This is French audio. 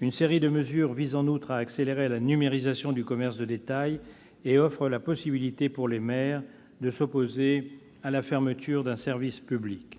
Une série de mesures vise, en outre, à accélérer la numérisation du commerce de détail et à accorder aux maires la possibilité de s'opposer à la fermeture d'un service public.